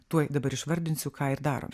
tuoj dabar išvardinsiu ką darom